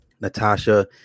Natasha